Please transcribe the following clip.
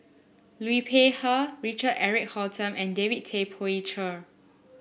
Liu Peihe Richard Eric Holttum and David Tay Poey Cher